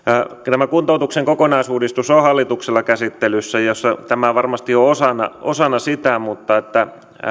tämä kuntoutuksen kokonaisuudistus on on hallituksella käsittelyssä ja tämä varmasti on osana osana sitä mutta